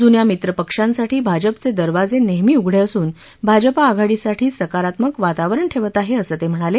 जुन्या मित्रपक्षांसाठी भाजपचे दरवाजे नेहमी उघडे असून भाजपा आघाडीसाठी सकारात्मक वातावरण ठेवत आहे असं ते म्हणाले